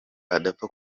adapfa